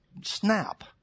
snap